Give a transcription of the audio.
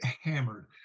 hammered